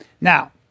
Now